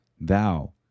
thou